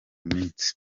minsi